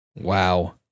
Wow